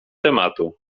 tematu